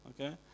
okay